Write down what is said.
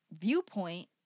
viewpoint